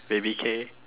baby K